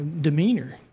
Demeanor